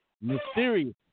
mysterious